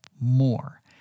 more